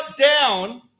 down